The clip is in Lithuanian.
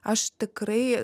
aš tikrai